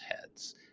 heads